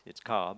is carbs